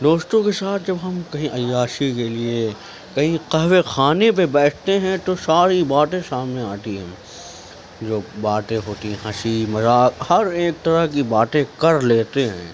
دوستوں کے ساتھ جب ہم کہیں عیاشی کے لیے کہیں قہوے خانے پہ بیٹھتے ہیں تو ساری باتیں سامنے آتی ہیں جو باتیں ہوتی ہنسی مزاق ہر ایک طرح کی باتیں کر لیتے ہیں